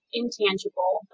intangible